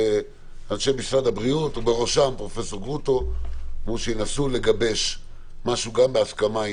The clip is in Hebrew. אנשי משרד הבריאות ובראשם פרופסור גרוטו אמרו שינסו לגבש משהו בהסכמה.